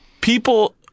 people